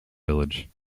village